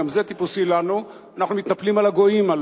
וגם זה טיפוסי לנו, אנחנו מתנפלים הלוא על הגויים.